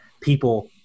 people